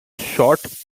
short